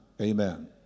Amen